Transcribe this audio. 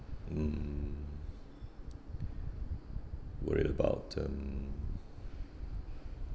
mm worried about um